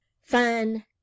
fun